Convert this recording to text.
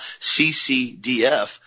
CCDF